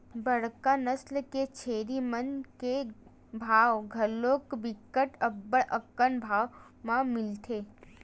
बड़का नसल के छेरी मन के भाव घलोक बिकट अब्बड़ अकन भाव म मिलथे